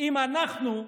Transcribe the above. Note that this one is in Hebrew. אם אנחנו,